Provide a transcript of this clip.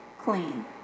clean